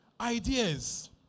Ideas